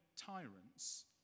tyrants